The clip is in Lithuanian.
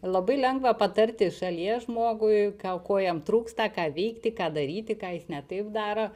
labai lengva patarti šalyje žmogui ką ko jam trūksta ką veikti ką daryti ką jis ne taip daro